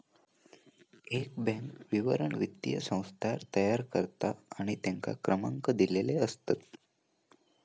एक बॅन्क विवरण वित्तीय संस्थान तयार करता आणि तेंका क्रमांक दिलेले असतत